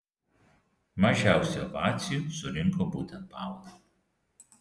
mažiausiai ovacijų surinko būtent paula